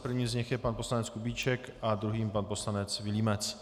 Prvním z nich je pan poslanec Kubíček a druhým pan poslanec Vilímec.